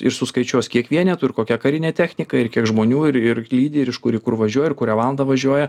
ir ir irsuskaičiuos kiek vienetų ir kokią karinė technika ir kiek žmonių ir ir lydi ir iš kur į kur važiuoja ir kurią valandą važiuoja